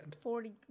Forty